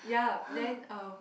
ya then uh